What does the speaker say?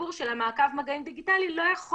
הסיפור של מעקב המגעים הדיגיטלי לא יכול